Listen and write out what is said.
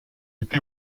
été